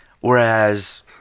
Whereas